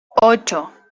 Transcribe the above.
ocho